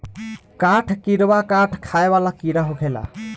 काठ किड़वा काठ खाए वाला कीड़ा होखेले